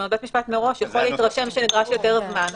בית המשפט יכול להתרשם מראש שנדרש יותר מזמן,